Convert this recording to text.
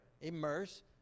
immerse